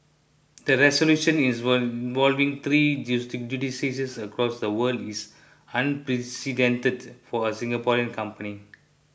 the resolution is three jurisdictions across the world is unprecedented for a Singaporean company